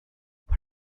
what